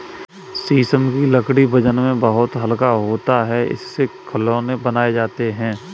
शीशम की लकड़ी वजन में बहुत हल्का होता है इससे खिलौने बनाये जाते है